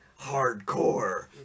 hardcore